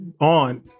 on